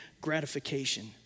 gratification